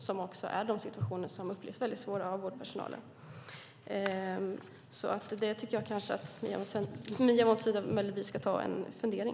Det är dessa situationer som upplevs som svåra av vårdpersonalen.